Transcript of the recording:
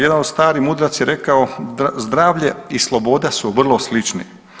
Jedan stari mudrac je rekao zdravlje i sloboda su vrlo slični.